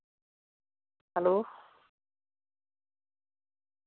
hello